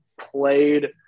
Played